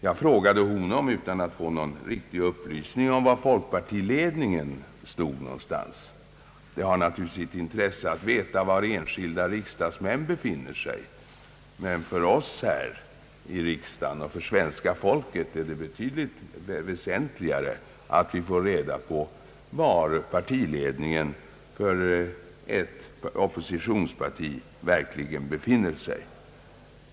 Jag frågade herr Ahlmark, utan att på den punkten få någon egentlig upplysning av honom, var folkpartiets ledning stod beträffande sådana sanktioner. Det har naturligtvis sitt intresse att veta hur enskilda riksdagsmän ser på dessa, men för oss här i riksdagen, liksom för svenska folket, är det betydligt väsentligare att få veta hur ett oppositionspartis ledning ställer sig.